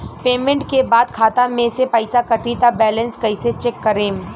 Payment के बाद खाता मे से पैसा कटी त बैलेंस कैसे चेक करेम?